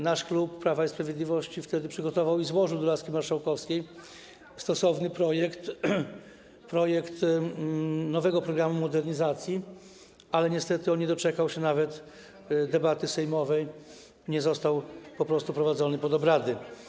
Nasz klub, klub Prawa i Sprawiedliwości, wtedy przygotował i złożył do laski marszałkowskiej stosowny projekt nowego programu modernizacji, ale niestety on nie doczekał się nawet debaty sejmowej, nie został po prostu wprowadzony pod obrady.